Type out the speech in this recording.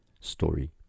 story